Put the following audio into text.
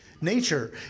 nature